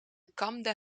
kamde